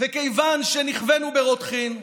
מכיוון שנכווינו ברותחין,